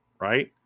Right